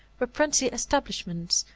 were princely establishments,